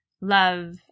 love